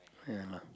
ya lah